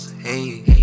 hey